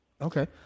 Okay